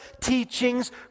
teachings